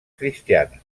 cristianes